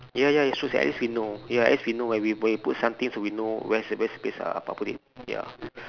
ya ya it's true sia at least we know ya at least when we when we put something we know where's the where's the place uh I put it